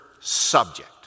subject